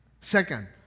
Second